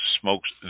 smoke's